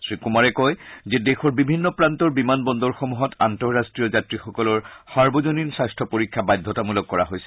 শ্ৰী কুমাৰে কয় যে দেশৰ বিভিন্ন প্ৰান্তৰ বিমান বন্দৰসমূহত আন্তঃৰাষ্ট্ৰীয় যাত্ৰীসকলৰ সাৰ্বজনীন স্বাস্থ্য পৰীক্ষা বাধ্যতামূলক কৰা হৈছে